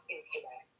Instagram